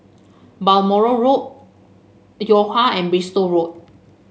Balmoral Road Yo Ha and Bristol Road